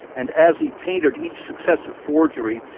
and as he painted each successive forgery,